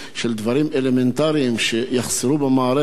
על דברים אלמנטריים שיחסרו במערכת,